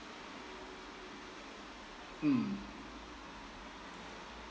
mm